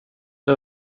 det